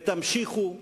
תמשיכו,